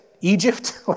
Egypt